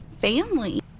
family